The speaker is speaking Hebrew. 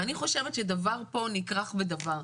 ואני חושבת שדבר פה נכרך בדבר.